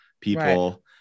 people